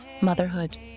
motherhood